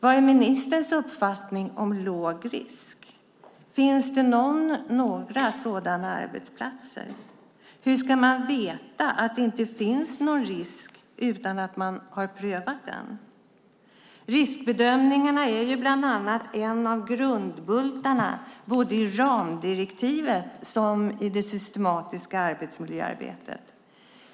Vad är ministerns uppfattning om arbetsplatser med låg risk? Finns det någon eller några sådana arbetsplatser? Hur ska man veta att det inte finns någon risk utan att man har prövat det? Riskbedömningarna är en av grundbultarna i såväl ramdirektivet som det systematiska arbetsmiljöarbetet.